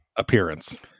appearance